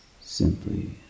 Simply